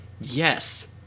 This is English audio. Yes